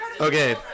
okay